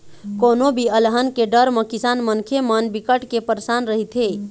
कोनो भी अलहन के डर म किसान मनखे मन बिकट के परसान रहिथे